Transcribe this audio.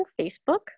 Facebook